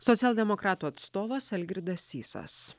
socialdemokratų atstovas algirdas sysas